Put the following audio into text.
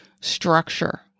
structure